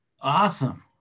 Awesome